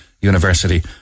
University